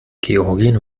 georgien